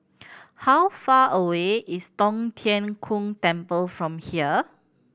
how far away is Tong Tien Kung Temple from here